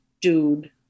dude